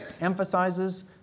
emphasizes